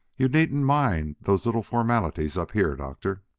you needn't mind those little formalities up here, doctor.